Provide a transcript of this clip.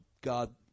God